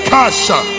Kasha